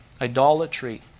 idolatry